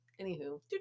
Anywho